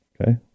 Okay